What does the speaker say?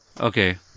Okay